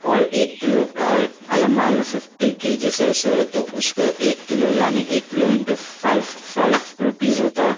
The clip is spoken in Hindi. और एक किलो और अगर मान लो फिफ्टी के जी सरसों है तो उसका एक किलो यानी एक kilo into five five rupees होता है